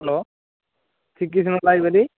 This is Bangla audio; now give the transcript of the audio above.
hello Srikrishna library